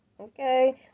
Okay